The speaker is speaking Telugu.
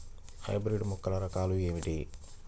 హైబ్రిడ్ మొక్కల రకాలు ఏమిటి?